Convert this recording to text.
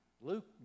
Luke